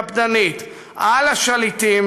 למען תהיה ביקורת מתמדת וקפדנית על השליטים